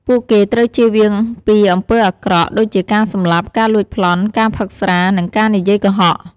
ពួកគេត្រូវជៀសវាងពីអំពើអាក្រក់ ដូចជាការសម្លាប់ ការលួចប្លន់ ការផឹកស្រា និងការនិយាយកុហក។